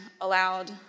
allowed